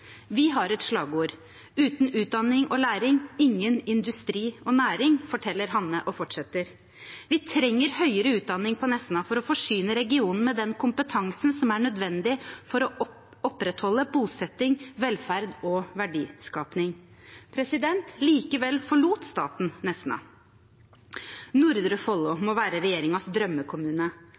Vi har et slagord: Uten utdanning og læring, ingen industri og næring, forteller Hanne og fortsetter: Vi trenger høyere utdanning på Nesna for å forsyne regionen med den kompetansen som er nødvendig for å opprettholde bosetting, velferd og verdiskaping. Likevel forlot staten Nesna. Nordre Follo må være regjeringens drømmekommune.